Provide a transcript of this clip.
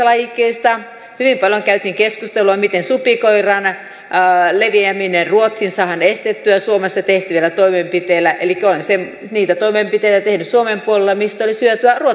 hyvin paljon käytiin keskustelua miten supikoiran leviäminen ruotsiin saadaan estettyä suomessa tehtävillä toimenpiteillä elikkä on niitä toimenpiteitä tehty suomen puolella mistä olisi hyötyä ruotsalaisille